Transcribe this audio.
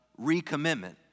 recommitment